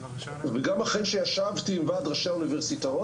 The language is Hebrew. וגם אחרי שישבתי עם ועד ראשי האוניברסיטאות,